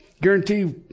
Guarantee